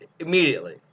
Immediately